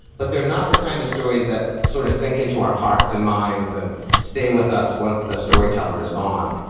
but they're not the kind of stories that sort of sink into our hearts and minds and stay with us once the storyteller is gone.